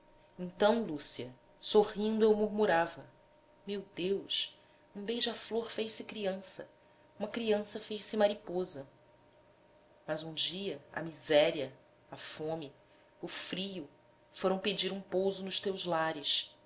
então lúcia sorrindo eu murmurava meu deus um beija-flor fez-se criança uma criança fez-se mariposa mas um dia a miséria a fome o frio foram pedir um pouso nos teus lares